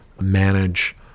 manage